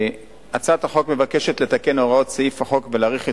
הצעת החוק מבקשת לתקן הוראות סעיף החוק ולהאריך את